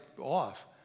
off